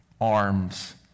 arms